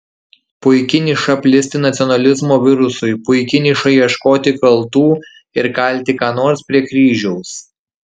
puiki niša plisti nacionalizmo virusui puiki niša ieškoti kaltų ir kalti ką nors prie kryžiaus